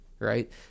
right